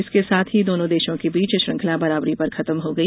इसके साथ ही दोनों देशों के बीच श्रृंखला बराबरी पर खत्म हो गई